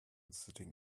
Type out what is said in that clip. sitting